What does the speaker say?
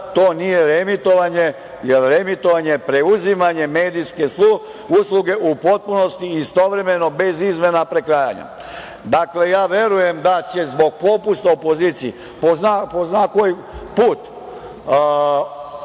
To nije reemitovanje, jer reemitovanje je preuzimanje medijske usluge u potpunosti, istovremeno bez izmena, prekrajanja. Dakle, ja verujem da će zbog popusta opoziciji, po ko zna koji put,